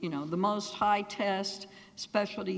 you know the most high test specialt